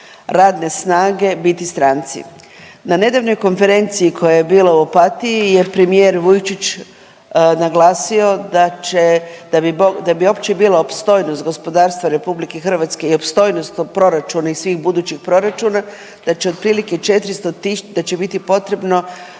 radne snage biti stranci. Na nedavnoj konferenciji koja je bila u Opatiji je premijer Vujčić naglasio da će, da bi opće bila opstojnost gospodarstva RH i opstojnost tog proračuna i svih budućih proračuna da će otprilike 400 ti… da će biti potrebno